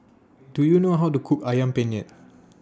Do YOU know How to Cook Ayam Penyet